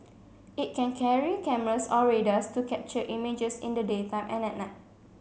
it can carry cameras or radars to capture images in the daytime and at night